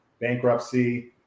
bankruptcy